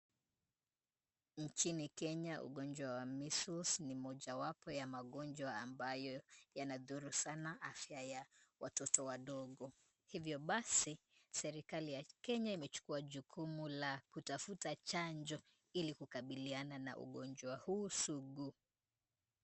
Nchini Kenya, ugonjwa wa measles ni mojawapo ya magonjwa ambayo yanadhuru sana afya ya watoto wadogo. Hivyo basi serikali ya Kenya imechukua jukumu la kutafuta chanjo ili kukabiliana na ugonjwa huu sugu.